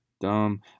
dumb